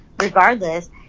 regardless